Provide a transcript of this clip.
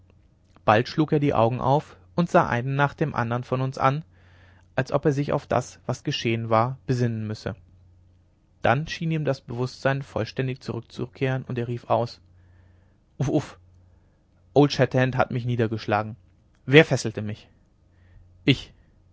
bald schlug er die augen auf und sah einen nach dem andern von uns an als ob er sich auf das was geschehen war besinnen müsse dann schien ihm das bewußtsein vollständig zurückzukehren und er rief aus uff uff old shatterhand hat mich niedergeschlagen wer fesselte mich ich